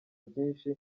byinshi